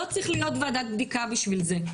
לא צריך להיות ועדת בדיקה בשביל זה.